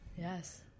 yes